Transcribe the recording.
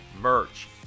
merch